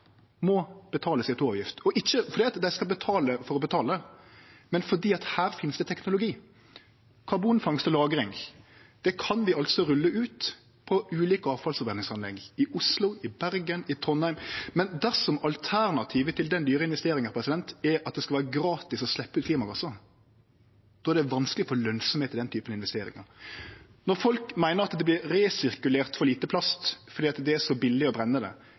må betale CO 2 -avgift – ikkje fordi dei skal betale for å betale, men fordi her finst det teknologi: karbonfangst og -lagring. Det kan vi rulle ut på ulike avfallsforbrenningsanlegg – i Oslo, i Bergen og i Trondheim. Men dersom alternativet til den dyre investeringa er at det skal vere gratis å sleppe ut klimagassar, er det vanskeleg å få lønsemd i den typen investeringar. Når folk meiner at det vert resirkulert for lite plast fordi det er så billig å brenne han – og det